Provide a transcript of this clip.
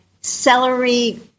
celery